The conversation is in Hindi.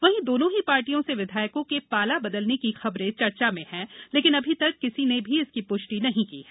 वहीं दोनो ही पार्टियों से विधायकों के पाला बदलने की खबरें चर्चा में हैं लेकिन अभी तक किसी ने भी इसकी पृष्टि नहीं की है